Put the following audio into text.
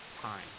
time